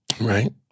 right